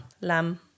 lamb